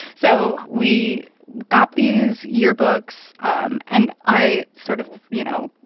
so we got these yearbooks um and i sort of, you know,